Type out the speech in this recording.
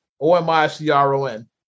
O-M-I-C-R-O-N